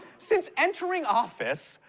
since entering office,